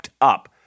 up